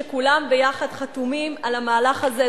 שכולם יחד חתומים על המהלך הזה,